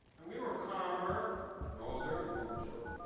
and we were calmer and older and more mature.